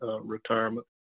retirement